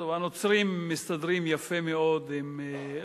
הנוצרים מסתדרים יפה מאוד עם,